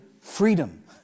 Freedom